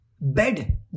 Bed